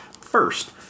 First